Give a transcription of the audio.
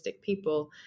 people